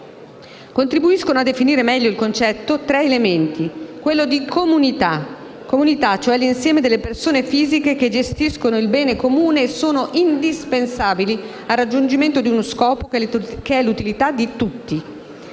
Contribuiscono a definire meglio il concetto tre elementi: quello di comunità, l'insieme cioè delle persone fisiche che gestiscono il bene comune e sono indispensabili al raggiungimento di uno scopo che è l'utilità di tutti;